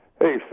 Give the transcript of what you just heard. Hey